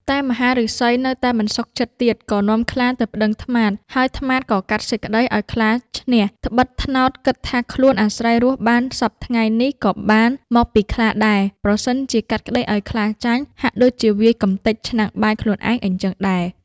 តែមហាឫសីនៅតែមិនសុខចិត្តទៀត ក៏នាំខ្លាទៅប្តឹងត្មាត ហើយត្មាតក៏កាត់សេចក្តីឱ្យខ្លាឈ្នះ ត្បិតត្នោតគិតថាខ្លួនអាស្រ័យរស់បានសព្វថ្ងៃនេះក៏បានមកពីខ្លាដែរ ប្រសិនជាកាត់ក្តីឱ្យខ្លាចាញ់ ហាក់ដូចជាវាយកម្ទេចឆ្នាំងបាយខ្លួនឯងអញ្ចឹងដែរ។